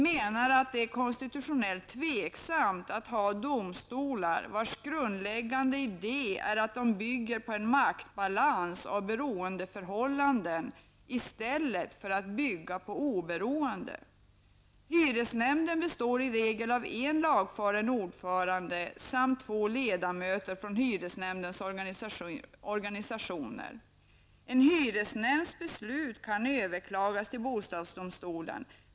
Det är konstitutionellt tveksamt att ha domstolar vars grundläggande idé är att de bygger på en maktbalans av beroendeförhållanden i stället för att bygga på oberoende. Hyresnämnden består i regel av en lagfaren ordförande samt två ledamöter från hyresnämndens organisationer. En hyresnämnds beslut kan överklagas till bostadsdomstolen.